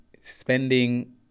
spending